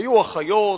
היו אחיות,